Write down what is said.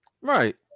Right